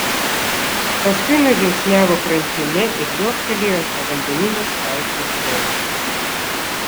paskui nužingsniavo krantine ir liuoktelėjo ant povandeninės valties denio